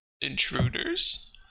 intruders